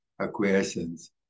acquiescence